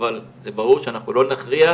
אבל זה ברור שאנחנו לא נכריח,